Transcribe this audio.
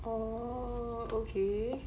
oh okay